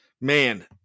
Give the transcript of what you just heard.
Man